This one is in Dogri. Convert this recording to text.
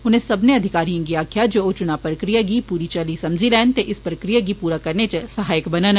उनें सब्मनें अधिकारियें गी आक्खेआ जे ओह चुनां प्रक्रिया गी पूरी चाल्ली समझी लैन ते इस प्रक्रिया गी पूरा करने च सहायक बनन